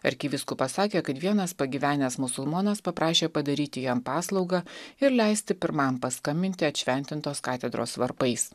arkivyskupas sakė kad vienas pagyvenęs musulmonas paprašė padaryti jam paslaugą ir leisti pirmam paskambinti atšventintos katedros varpais